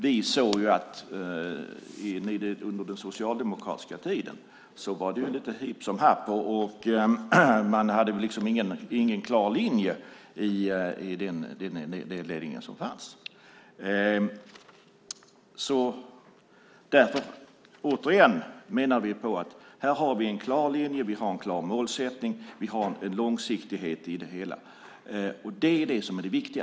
Vi såg att det under den socialdemokratiska tiden var lite hipp som happ med detta, och man hade ingen klar linje i den ledning som fanns. Därför vill jag återigen säga att vi menar att vi har en klar linje och en klar målsättning. Vi har en långsiktighet i det hela, och det är det som är det viktiga.